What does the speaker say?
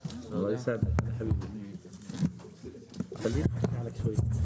שלום רב, אני מתכבד לפתוח את הישיבה.